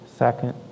Second